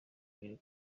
ibiri